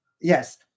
yes